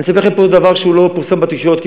אני אספר לכם פה דבר שלא פורסם בתקשורת,